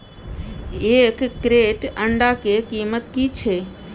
एक क्रेट अंडा के कीमत की छै?